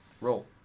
roll